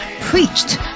preached